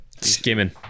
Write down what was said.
skimming